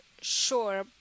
sure